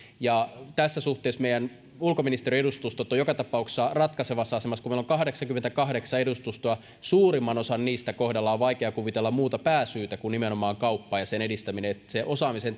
tässä suhteessa meidän ulkoministeriön edustustot ovat joka tapauksessa ratkaisevassa asemassa kun meillä on kahdeksankymmentäkahdeksan edustustoa niistä suurimman osan kohdalla on vaikea kuvitella muuta pääsyytä kuin nimenomaan kauppa ja sen edistäminen eli sen osaamisen